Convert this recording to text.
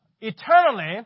eternally